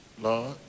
lord